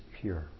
pure